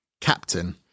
Captain